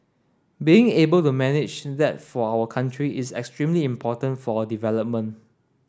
being able to manage that for our country is extremely important for our development